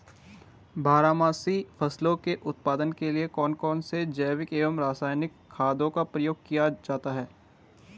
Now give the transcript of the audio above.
बारहमासी फसलों के उत्पादन के लिए कौन कौन से जैविक एवं रासायनिक खादों का प्रयोग किया जाता है?